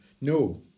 No